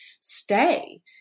stay